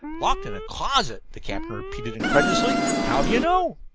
locked in a closet! the captain repeated incredulously. how do you know?